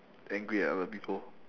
angry at other people